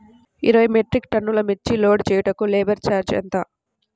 ఇరవై మెట్రిక్ టన్నులు మిర్చి లోడ్ చేయుటకు లేబర్ ఛార్జ్ ఎంత?